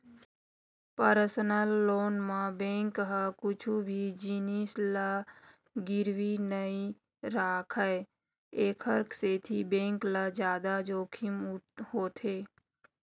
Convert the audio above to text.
personal loan म bank ह कुछु भी जिनिस ल गिरवी नइ राखय एखर सेती बेंक ल जादा जोखिम होथे